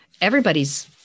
everybody's